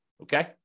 okay